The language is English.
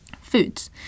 foods